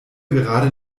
gerade